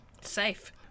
Safe